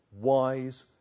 wise